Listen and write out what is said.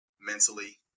mentally